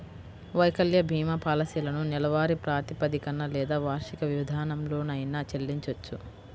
వైకల్య భీమా పాలసీలను నెలవారీ ప్రాతిపదికన లేదా వార్షిక విధానంలోనైనా చెల్లించొచ్చు